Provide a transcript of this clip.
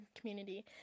community